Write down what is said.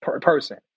person